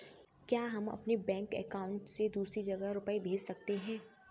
क्या हम अपने बैंक अकाउंट से दूसरी जगह रुपये भेज सकते हैं?